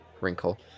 wrinkle